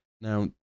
Now